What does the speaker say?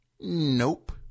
Nope